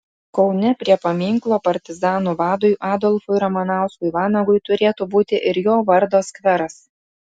kaune prie paminklo partizanų vadui adolfui ramanauskui vanagui turėtų būti ir jo vardo skveras